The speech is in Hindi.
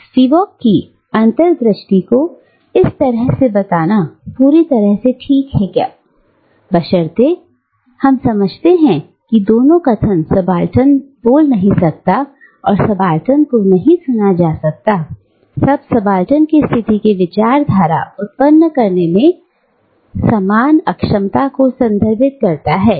अब स्पिवाक की अंतर्दृष्टि को इस तरह से बताना पूरी तरह से ठीक है बशर्ते हम समझते हैं कि दोनों कथन सबाल्टर्न नहीं बोल सकते हैं और सबाल्टर्न को नहीं सुना जा सकता हैसब सबाल्टर्न स्थिति के भीतर विचार धारा उत्पन्न करने में समान अक्षमता को संदर्भित करता है